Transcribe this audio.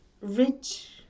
rich